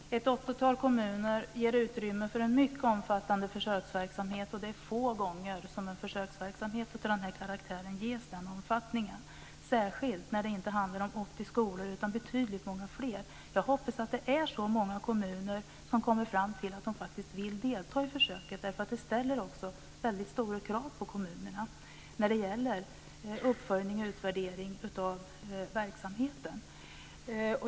Herr talman! Ett åttiotal kommuner ger utrymme för en mycket omfattande försöksverksamhet, och det är få gånger som en försöksverksamhet av den här karaktären ges den omfattningen, särskilt som det inte handlar om 80 skolor utan betydligt många fler. Jag hoppas att det är så många kommuner som kommer fram till att man faktiskt vill delta i försöket, därför att det ställer också väldigt stora krav på kommunerna när det gäller uppföljning och utvärdering av verksamheten.